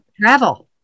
Travel